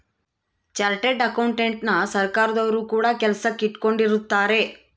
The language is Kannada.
ಚಾರ್ಟರ್ಡ್ ಅಕೌಂಟೆಂಟನ ಸರ್ಕಾರದೊರು ಕೂಡ ಕೆಲಸಕ್ ಇಟ್ಕೊಂಡಿರುತ್ತಾರೆ